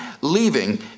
leaving